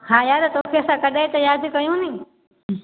हा यार तोखे असां कॾहिं त यादि कयूं नी